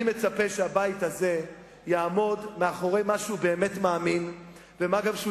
אני מצפה שהבית הזה יעמוד מאחורי מה שהוא באמת מאמין בו,